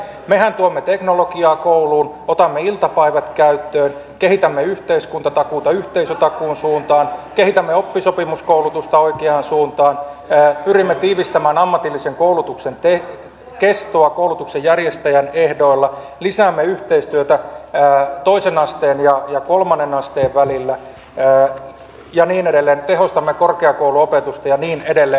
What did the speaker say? mehän tuomme teknologiaa kouluun otamme iltapäivät käyttöön kehitämme yhteiskuntatakuuta yhteisötakuun suuntaan kehitämme oppisopimuskoulutusta oikeaan suuntaan pyrimme tiivistämään ammatillisen koulutuksen kestoa koulutuksen järjestäjän ehdoilla lisäämme yhteistyötä toisen asteen ja kolmannen asteen välillä ja niin edelleen tehostamme korkeakouluopetusta ja niin edelleen